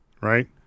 right